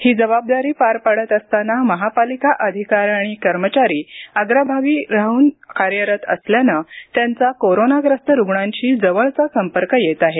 ही जबाबदारी पार पाडत असताना महापालिका अधिकारी आणि कर्मचारी अग्रभागी राहून कार्यरत असल्याने त्यांचा कोरोनाग्रस्त रूग्णांशी जवळचा संपर्क येत आहे